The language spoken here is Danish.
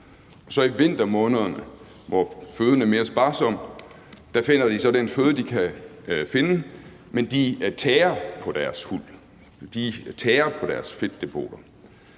I vintermånederne, hvor føden er mere sparsom, finder de så den føde, de kan, men de tærer på deres huld, de tærer på deres fedtdepoter.